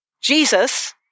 Jesus